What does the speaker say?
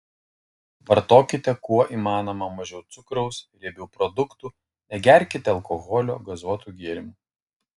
vartokite kuo įmanoma mažiau cukraus riebių produktų negerkite alkoholio gazuotų gėrimų